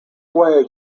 way